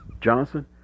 Johnson